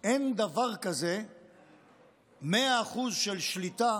אין דבר כזה 100% של שליטה